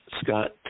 Scott